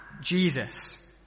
Jesus